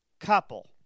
couple